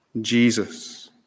Jesus